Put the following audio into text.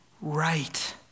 right